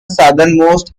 southernmost